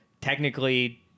technically